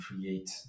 create